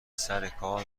سرکار